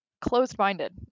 closed-minded